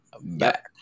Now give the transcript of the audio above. back